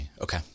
Okay